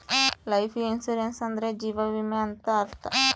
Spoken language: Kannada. ಲೈಫ್ ಇನ್ಸೂರೆನ್ಸ್ ಅಂದ್ರೆ ಜೀವ ವಿಮೆ ಅಂತ ಅರ್ಥ